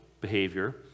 behavior